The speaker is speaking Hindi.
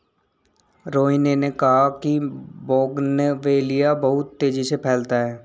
रोहिनी ने कहा कि बोगनवेलिया बहुत तेजी से फैलता है